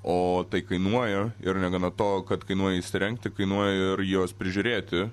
o tai kainuoja ir negana to kad kainuoja įsirengti kainuoja ir juos prižiūrėti